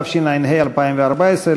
התשע"ה 2014,